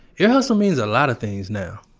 ear hustle means a lot of things now.